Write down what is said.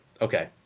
okay